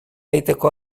egiteko